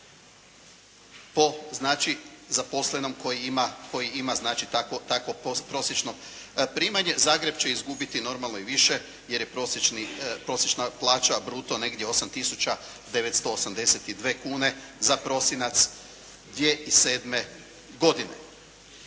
po znači zaposlenom koji ima znači takvo prosječno primanje. Zagreb će izgubiti normalno i više jer je prosječna plaća bruto negdje 8 tisuća 982 kune za prosinac 2007. godine.